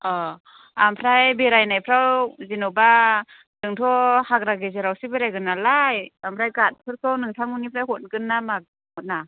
अ ओमफ्राय बेरायनायफ्राव जेन'बा जोंथ' हाग्रा गेजेरावसो बेरायगोन नालाय ओमफ्राय गारिफोरखौ नोंथांमोननिफ्राय हरगोन ना मा हरा